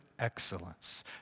excellence